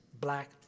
black